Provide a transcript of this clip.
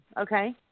Okay